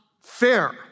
fair